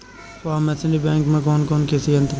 Form machinery bank में कौन कौन कृषि यंत्र बा?